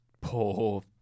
poor